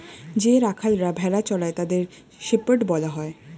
যে রাখালরা ভেড়া চড়ায় তাদের শেপার্ড বলা হয়